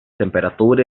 temperatura